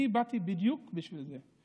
אני באתי בדיוק בשביל זה.